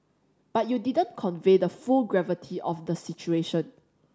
but you didn't convey the full gravity of the situation